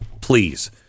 Please